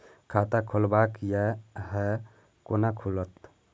खाता खोलवाक यै है कोना खुलत?